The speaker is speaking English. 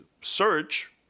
search